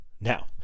Now